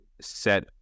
set